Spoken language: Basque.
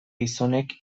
gizonek